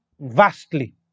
Vastly